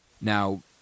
Now